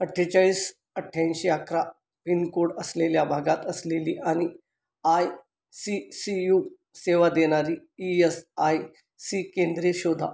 अठ्ठेचाळीस अठ्याऐंशी अकरा पिनकोड असलेल्या भागात असलेली आणि आय सी सी यू सेवा देणारी ई यस आय सी केंद्रे शोधा